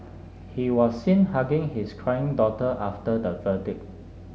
he was seen hugging his crying daughter after the verdict